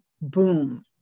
boom